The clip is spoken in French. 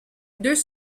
deux